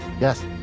yes